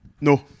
No